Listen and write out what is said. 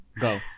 Go